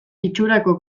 itxurako